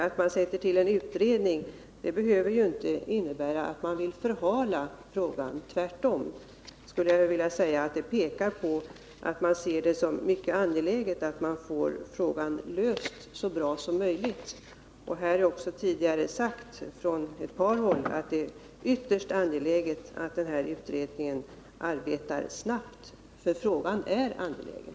Att man sätter till en utredning behöver inte innebära att man vill förhala en fråga. Tvärtom skulle jag vilja säga att detta pekar på att man ser det som mycket angeläget att få frågan löst så bra som möjligt. Här har också sagts tidigare från ett par håll att det är ytterst angeläget att utredningen arbetar snabbt därför att frågan är angelägen.